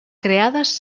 creades